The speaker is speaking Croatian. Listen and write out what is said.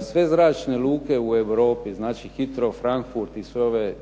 sve zračne luke u Europi, znači Hitro, Frankfurt i sve ove